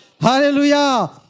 Hallelujah